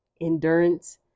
endurance